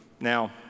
Now